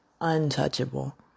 untouchable